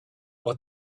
but